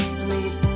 please